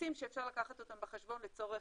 ממיסים שאפשר לקחת אותם בחשבון לצורך,